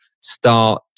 start